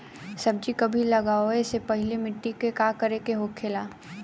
सब्जी कभी लगाओ से पहले मिट्टी के का करे के होखे ला?